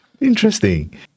Interesting